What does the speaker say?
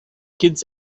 kids